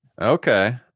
Okay